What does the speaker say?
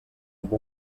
amb